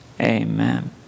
Amen